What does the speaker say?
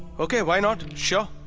ok. why not. sure.